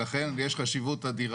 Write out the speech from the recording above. חבר הכנסת ביטן,